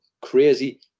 Crazy